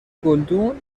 گلدون